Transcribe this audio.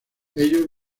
ellos